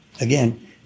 again